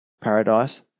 paradise